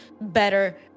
better